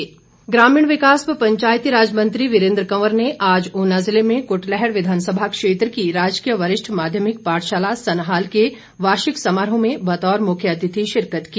वीरेंद्र कवंर ग्रामीण विकास व पंचायती राज मंत्री वीरेंद्र कंवर ने आज ऊना जिले में कटलैहड विधानसभा क्षेत्र की राजकीय वरिष्ठ माध्यमिक पाठशाला सन्हाल के वार्षिक समारोह में बतौर मुख्य अतिथि शिरकत की